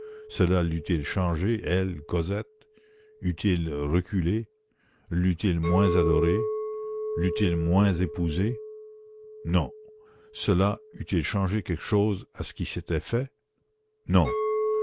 cela l'eût-il changée elle cosette eût-il reculé l'eût-il moins adorée l'eût-il moins épousée non cela eût-il changé quelque chose à ce qui s'était fait non